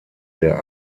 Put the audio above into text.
der